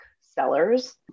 sellers